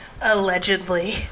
Allegedly